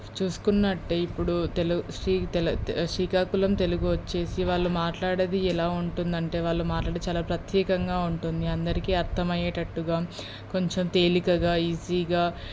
చూసుకున్నట్టయితే ఇప్పుడు తెలుగు శ్రీ తెల శ్రీకాకుళం తెలుగు వచ్చేసి వాళ్ళు మాట్లాడేది ఎలా ఉంటుందంటే వాళ్ళు మాట్లాడేది చాలా ప్రత్యేకంగా ఉంటుంది అందరికీ అర్థమయ్యేటట్టుగా కొంచెం తేలికగా ఈజీగా